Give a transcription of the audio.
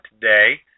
today